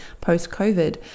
post-COVID